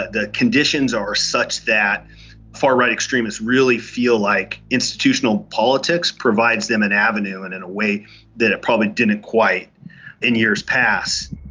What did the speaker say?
the conditions are such that far right extremists really feel like institutional politics provides them an avenue, and in a way that it probably didn't quite in years past.